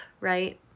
right